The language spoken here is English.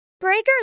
Breaker